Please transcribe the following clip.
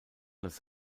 das